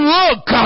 look